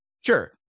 Sure